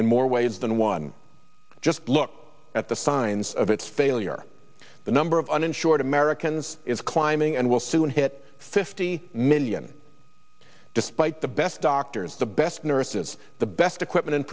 more ways than one just look at the signs of its failure number of uninsured americans is climbing and will soon hit fifty million despite the best doctors the best nurses the best equipment and